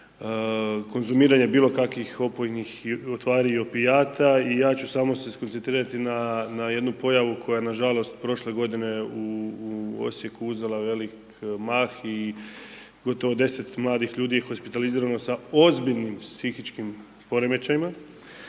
konzumiranje bilo kakvih opojnih tvari i opijata i ja ću samo se skoncentrirati na jednu pojavu koja na žalost prošle godine u Osijeku uzela velik mah i gotovo 10 mladih ljudi je hospitalizirano sa ozbiljnim psihičkim poremećajima,